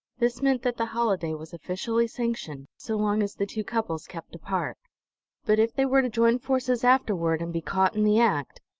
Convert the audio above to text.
this meant that the holiday was officially sanctioned, so long as the two couples kept apart but if they were to join forces afterward, and be caught in the act,